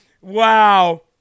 Wow